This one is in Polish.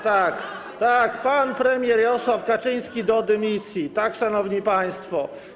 Tak, tak, pan premier Jarosław Kaczyński do dymisji, tak, szanowni państwo.